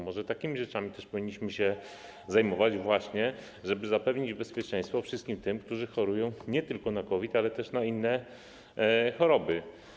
Może takimi rzeczami właśnie też powinniśmy się zajmować, żeby zapewnić bezpieczeństwo wszystkim tym, którzy chorują nie tylko na COVID, ale też na inne choroby.